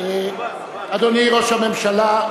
אדוני ראש הממשלה,